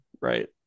Right